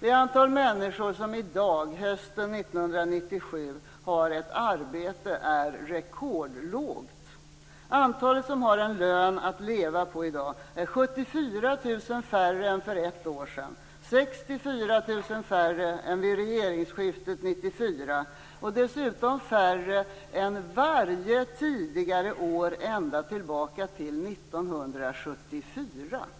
Det antal människor som i dag, hösten 1997, har ett arbete är rekordlågt. Antalet människor som har en lön att leva på är i dag 74 000 mindre än för ett år sedan och 64 000 mindre än vid regeringsskiftet 1994. Det är dessutom mindre än varje tidigare år ända tillbaka till 1974.